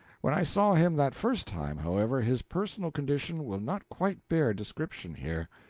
when i saw him that first time however, his personal condition will not quite bear description here.